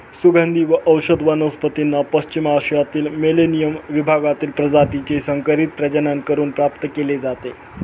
सुगंधी व औषधी वनस्पतींना पश्चिम आशियातील मेलेनियम विभागातील प्रजातीचे संकरित प्रजनन करून प्राप्त केले जाते